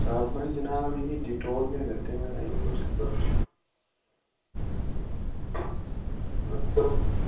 साबन जनाब इ यै डेटोल गै करदे महाराज यूज